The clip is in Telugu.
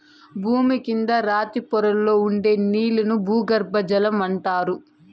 భూమి కింద రాతి పొరల్లో ఉండే నీళ్ళను భూగర్బజలం అంటారు